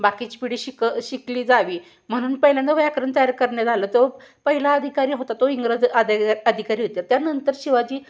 बाकीची पिढी शिकं शिकली जावी म्हणून पहिल्यांदा व्याकरण तयार करणे झालं तो पहिला अधिकारी होता तो इंग्रज अद अधिकारी होत्या त्यानंतर शिवाजी